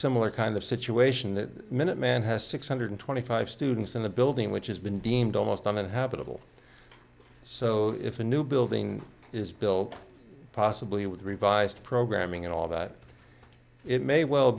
similar kind of situation that minuteman has six hundred twenty five students in the building which has been deemed almost uninhabitable so if a new building is built possibly with a revised programming and all that it may well